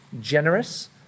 generous